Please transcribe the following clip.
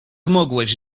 mogłeś